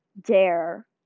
dare